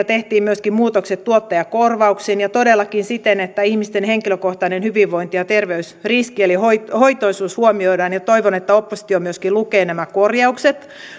tehtiin myöskin muutokset tuottajakorvauksiin ja todellakin siten että ihmisten henkilökohtainen hyvinvointi ja terveysriski eli hoitoisuus huomioidaan ja toivon että oppositio myöskin lukee nämä korjaukset